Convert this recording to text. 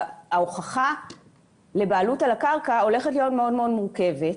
ההוכחה לבעלות על הקרקע הולכת להיות מאוד מאוד מורכבת